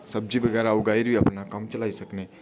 सब्जी बगैरा उगाइयै अपना कम्म चलाई सकनें